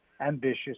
ambitious